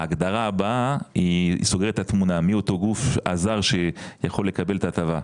ההגדרה הבאה היא סוגרת את התמונה מי אותו גוף השר שיכול לקבל את ההטבה.